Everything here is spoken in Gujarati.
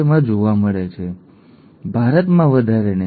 માં જોવા મળે છે ભારતમાં વધારે નથી